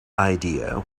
idea